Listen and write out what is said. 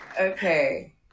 Okay